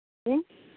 जी